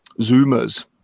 Zoomers